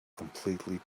completely